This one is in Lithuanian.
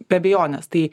be abejonės tai